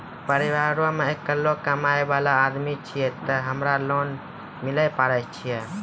परिवारों मे अकेलो कमाई वाला आदमी छियै ते हमरा लोन मिले पारे छियै?